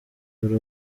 dore